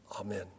Amen